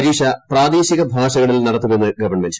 പരീക്ഷ പ്രാദേശിക ഭാഷകളിൽ നടത്തുമെന്ന് ഗവൺമെന്റ്